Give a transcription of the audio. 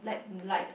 like